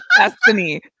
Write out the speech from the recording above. destiny